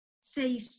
say